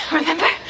Remember